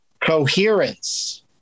Coherence